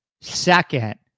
second